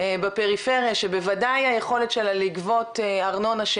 בפרפריה שבוודאי היכולת שלה לגבות ארנונה,